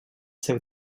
seu